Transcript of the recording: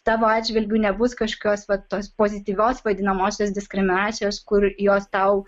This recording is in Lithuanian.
tavo atžvilgiu nebus kažkokios va tos pozityvios vadinamosios diskriminacijos kur jos tau